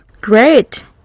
Great